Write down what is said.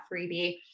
freebie